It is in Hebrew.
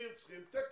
רופאים צריכים תקן,